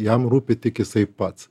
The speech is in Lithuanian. jam rūpi tik jisai pats